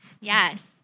Yes